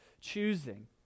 choosing